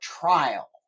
trial